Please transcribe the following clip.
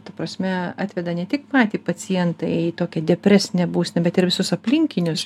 ta prasme atveda ne tik patį pacientą į tokią depresinę būseną bet ir visus aplinkinius